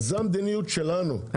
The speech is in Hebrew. זו המדיניות שלנו, שתדע.